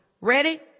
Ready